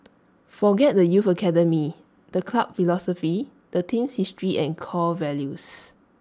forget the youth academy the club philosophy the team's history and core values